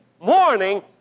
morning